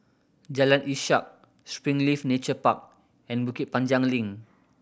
Jalan Ishak Springleaf Nature Park and Bukit Panjang Link